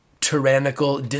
Tyrannical